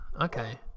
Okay